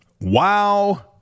Wow